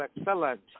excellent